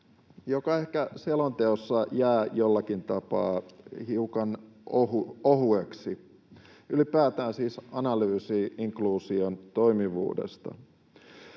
joka ehkä selonteossa jää jollakin tapaa hiukan ohueksi, ylipäätään siis analyysi inkluusion toimivuudesta.